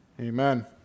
Amen